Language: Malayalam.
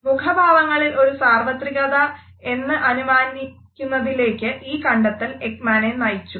മുഖഭാവങ്ങളിൽ ഒരു സർവത്രികത എന്ന് അനുമാനിക്കുന്നതിലേക്ക് ഈ കണ്ടെത്തൽ എക്മാനെ നയിച്ചു